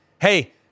hey